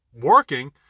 working